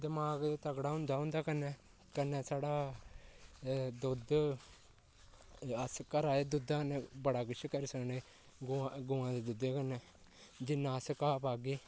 दमाग तगड़ा होंदा उं'दे कन्नै साढ़ा दोद्ध अस घरै दे दुद्धै कन्नै बड़ा कुछ करी सकने गौआं दे दुद्धै कन्नै जि'न्ना अस घाऽ पागे